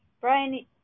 Brian